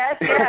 yes